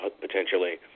potentially